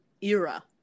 era